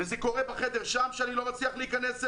זה קורה בחדר שם ואני לא מצליח להיכנס אליו,